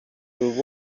would